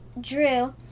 drew